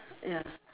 ya